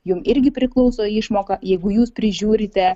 jum irgi priklauso išmoka jeigu jūs prižiūrite